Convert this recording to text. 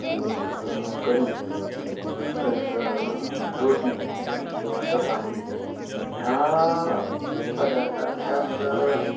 आनीक कडी प्लस रोटी किंवां चपाती ह्या पदार्थाक जास्त